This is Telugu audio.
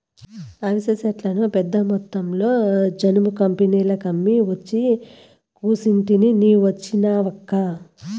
అవిసె సెట్లను పెద్దమొత్తంలో జనుము కంపెనీలకమ్మి ఒచ్చి కూసుంటిని నీ వచ్చినావక్కా